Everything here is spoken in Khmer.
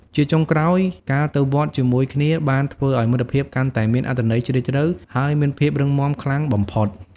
ជាចុងក្រោយ ការទៅវត្តជាមួយគ្នាបានធ្វើឲ្យមិត្តភាពកាន់តែមានអត្ថន័យជ្រាលជ្រៅហើយមានភាពរឹងមាំខ្លាំងបំផុត។